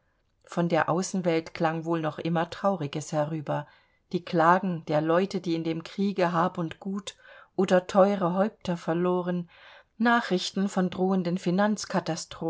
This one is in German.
von der außenwelt klang wohl noch immer trauriges herüber die klagen der leute die in dem kriege hab und gut oder teuere häupter verloren nachrichten von drohenden